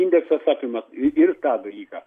indeksas apima ir tą dalyką